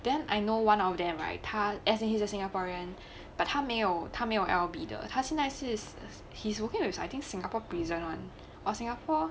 then I know one of them right 他 as in hes a singaporean but 他没有他没有 l b 的它现在是 hes working with I think singapore prison one or singapore